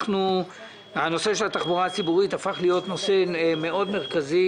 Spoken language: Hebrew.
נושא התחבורה הציבורית הפך להיות נושא מאוד מרכזי